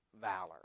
valor